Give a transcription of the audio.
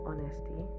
Honesty